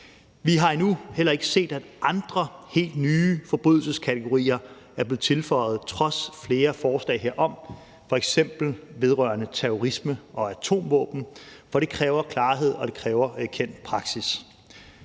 Vi har endnu heller ikke set, at andre helt nye forbrydelseskategorier er blevet tilføjet trods flere forslag herom, f.eks. vedrørende terrorisme og atomvåben, for det kræver klarhed, og det kræver kendt praksis.